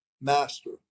master